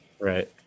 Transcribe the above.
right